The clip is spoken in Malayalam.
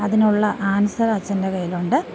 അതിനുള്ള ആൻസർ അച്ഛൻ്റെ കയ്യിലുണ്ട്